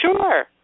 Sure